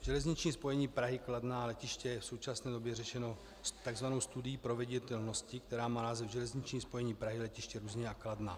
Železniční spojení Prahy, Kladna a letiště je v současné době řešeno tzv. studií proveditelnosti, která má název Železniční spojení Prahy, letiště Ruzyně a Kladna.